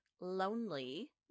lonely